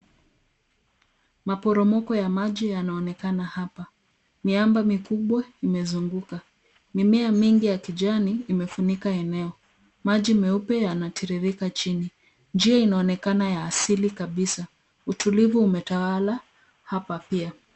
Maporomoko ya maji yanaonekana hapa. Miamba mikubwa imezunguka. Mimea mingi ya kijani imefunika eneo. Maji meupe yanatiririka chini. Njia inaonekana ya asili kabisa. Utulivu umetawala hapa pia.